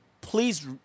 please